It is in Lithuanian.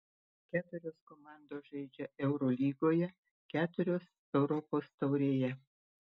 keturios komandos žaidžia eurolygoje keturios europos taurėje